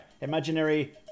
imaginary